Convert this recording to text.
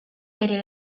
bere